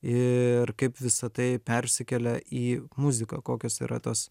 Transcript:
ir kaip visa tai persikelia į muziką kokios yra tos